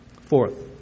Fourth